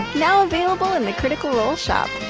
now available in the critical role shop.